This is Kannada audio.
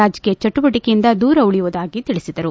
ರಾಜಕೀಯ ಚಟುವಟಿಕೆಯಿಂದ ದೂರ ಉಳಿಯುವುದಾಗಿ ತಿಳಿಸಿದರು